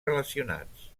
relacionats